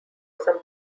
some